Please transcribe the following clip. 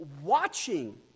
watching